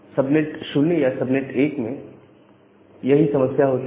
subnet 0 या subnet 1 में यही समस्या होती है